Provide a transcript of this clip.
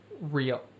real